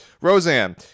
Roseanne